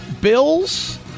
Bills